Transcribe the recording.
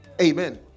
Amen